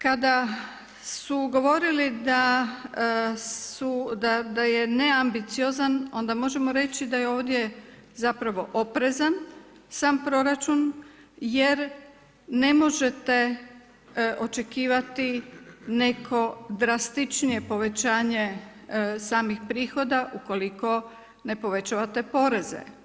Kada su govorili da je neambiciozan, onda možemo reći da je ovdje zapravo oprezan sam proračun jer ne možete očekivati neko drastičnije povećanje samih prihoda ukoliko ne povećavate poreze.